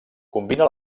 combina